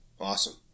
Awesome